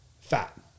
fat